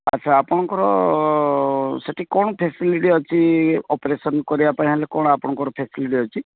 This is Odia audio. ଆଚ୍ଛା ଆପଣଙ୍କର ସେଠି କ'ଣ ଫେସିଲିଟି ଅଛି ଅପେରସନ୍ କରିବା ପାଇଁ ହେଲେ କ'ଣ ଆପଣଙ୍କର ଫେସିଲିଟି ଅଛି